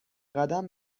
قدم